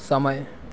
समय